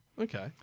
Okay